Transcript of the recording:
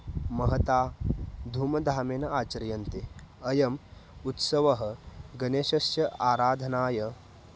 महता धूमधामेन आचर्यते अयम् उत्सवः गणेशस्य आराधनाय